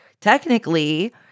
technically